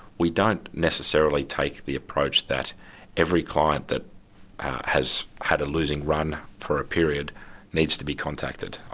we don't necessarily take the approach that every client that has had a losing run for a period needs to be contacted. ah